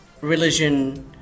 religion